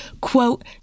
quote